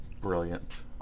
Brilliant